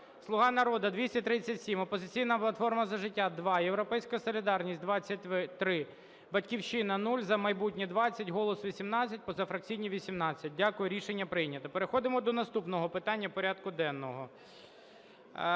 "Слуга народу" – 237, "Опозиційна платформа - За життя" – 2, "Європейська солідарність" – 23, "Батьківщина" – 0, "За майбутнє" – 20, "Голос" – 18, позафракційні – 18. Дякую. Рішення прийнято. Переходимо до наступного питання порядку денного.